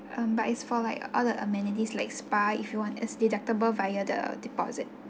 um but it's for like all the amenities like spa if you want is deductible via the deposit